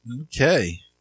Okay